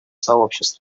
сообществу